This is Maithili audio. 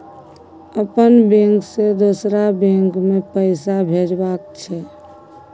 अपन बैंक से दोसर बैंक मे पैसा भेजबाक छै?